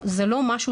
זה לא משהו